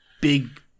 big